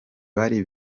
bari